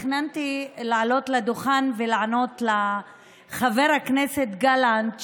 תכננתי לעלות לדוכן ולענות לחבר הכנסת גלנט,